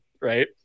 right